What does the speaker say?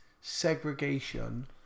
segregation